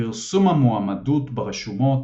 פרסום המועמדות ב"רשומות",